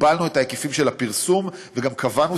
הגבלנו את ההיקפים של הפרסום וגם קבענו